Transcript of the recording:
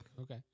Okay